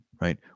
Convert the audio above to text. Right